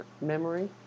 memory